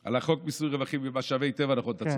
על החוק מיסוי רווחים ומשאבי טבע, נכון, אתה צודק.